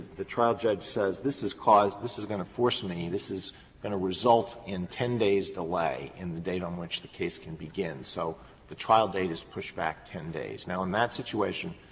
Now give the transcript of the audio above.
the trial judge says this has caused this is going to force me, this is going to result in ten days' delay in the date on which the case can begin, so the trial date is pushed back ten days? now, in that situation,